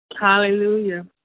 Hallelujah